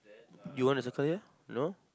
you want to circle here no